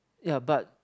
ya but